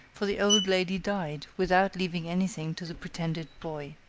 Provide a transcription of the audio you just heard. for the old lady died without leaving anything to the pretended boy.